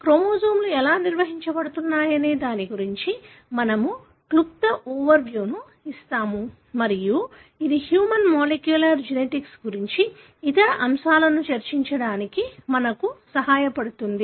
క్రోమోజోమ్లు ఎలా నిర్వహించబడుతున్నాయనే దాని గురించి మేము క్లుప్త ఓవెర్ వ్యూను ఇస్తాము మరియు ఇది హ్యూమన్ మాలిక్యూలర్ జెనెటిక్స్ గురించి ఇతర అంశాలను చర్చించడానికి మాకు సహాయపడుతుంది